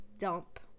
dump